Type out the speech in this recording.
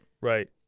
Right